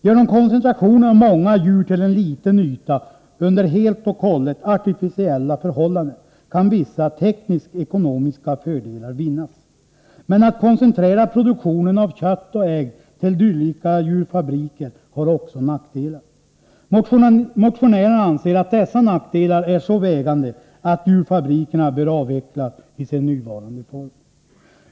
Genom koncentrationen av många djur till en liten yta under helt och hållet artificiella förhållanden kan vissa teknisk-ekonomiska fördelar vinnas. Men att koncentrera produktionen av kött och ägg till dylika djurfabriker har också nackdelar. Motionärerna anser att dessa nackdelar är så vägande, att djurfabrikerna bör avvecklas i sin nuvarande form.